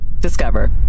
Discover